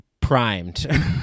primed